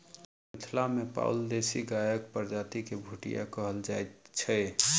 मिथिला मे पाओल देशी गायक प्रजाति के भुटिया कहल जाइत छै